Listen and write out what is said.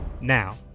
Now